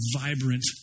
vibrant